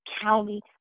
county